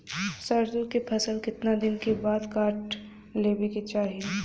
सरसो के फसल कितना दिन के बाद काट लेवे के चाही?